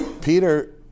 Peter